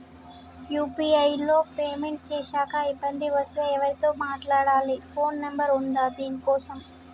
UPI లో payment చేశాక ఇబ్బంది వస్తే ఎవరితో మాట్లాడాలి? ఫోన్ నంబర్ ఉందా దీనికోసం?